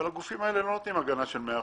הגנה, אבל הגופים האלה לא נותנים הגנה של 100%,